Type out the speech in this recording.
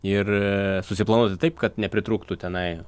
ir susiplanuoti taip kad nepritrūktų tenai